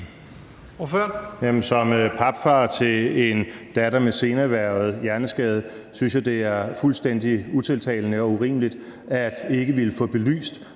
Som papfar til en datter med senerhvervet hjerneskade synes jeg, det er fuldstændig utiltalende og urimeligt ikke at ville få belyst,